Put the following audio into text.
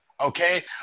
okay